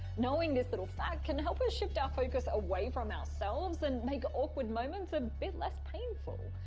knowing this little fact can help us shift our focus away from ourselves and make awkward moments a bit less painful.